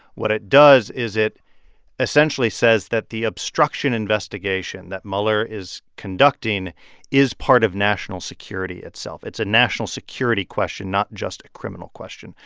what it does is it essentially says that the obstruction investigation that mueller is conducting is part of national security itself. it's a national security question, not just a criminal question.